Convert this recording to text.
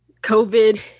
covid